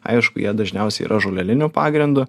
aišku jie dažniausiai yra žoleliniu pagrindu